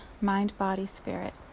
mind-body-spirit